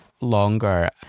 longer